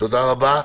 תודה רבה.